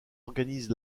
organise